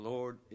Lord